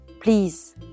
Please